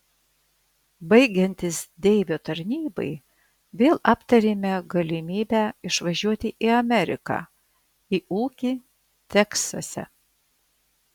baigiantis deivio tarnybai vėl aptarėme galimybę išvažiuoti į ameriką į ūkį teksase